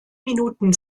minuten